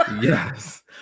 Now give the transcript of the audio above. Yes